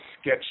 sketch